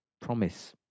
promise